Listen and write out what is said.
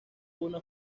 una